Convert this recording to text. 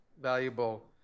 valuable